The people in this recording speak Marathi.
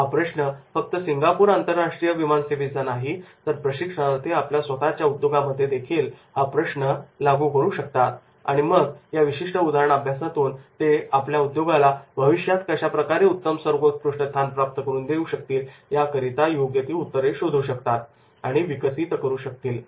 हा प्रश्न फक्त सिंगापूर आंतरराष्ट्रीय विमान सेवेचा नाही तर प्रशिक्षणार्थी आपल्या स्वतःच्या उद्योगामध्ये देखील हा प्रश्न लागू करू शकतील आणि मग या विशिष्ट उदाहरण अभ्यासातून ते आपल्या उद्योगाला भविष्यात कशा प्रकारे उत्तम सर्वोत्कृष्ट स्थान प्राप्त करून देऊ शकतील याकरिता योग्य ती उत्तरे शोधू शकतील आणि विकसित करू शकतील